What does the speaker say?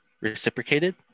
reciprocated